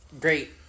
great